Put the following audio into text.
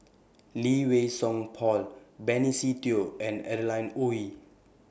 Lee Wei Song Paul Benny Se Teo and Adeline Ooi